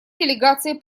делегации